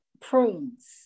prunes